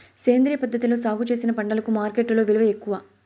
సేంద్రియ పద్ధతిలో సాగు చేసిన పంటలకు మార్కెట్టులో విలువ ఎక్కువ